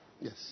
Yes